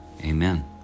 Amen